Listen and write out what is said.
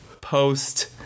post